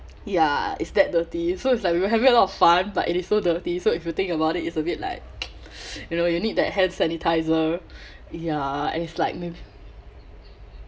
ya it's that dirty so it's like we were having a lot of fun but it is so dirty so if you think about it it's a bit like you know you need that hand sanitiser ya and it's like may